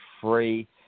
free